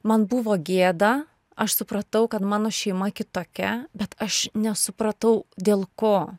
man buvo gėda aš supratau kad mano šeima kitokia bet aš nesupratau dėl ko